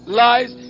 lies